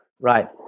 Right